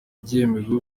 byemewe